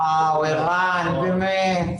וואו, ערן, באמת.